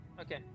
Okay